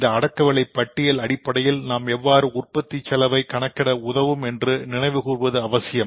இந்த அடக்க விலை பட்டியலின் அடிப்படையில் நாம் எவ்வாறு உற்பத்தி செலவை கணக்கிட உதவும் என்று நினைவுகூர்வது அவசியம்